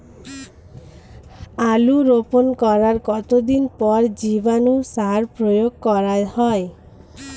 আলু রোপণ করার কতদিন পর জীবাণু সার প্রয়োগ করা হয়?